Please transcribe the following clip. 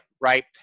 Right